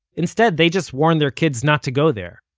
instead, they just warn their kids not to go there.